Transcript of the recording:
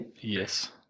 Yes